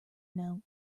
know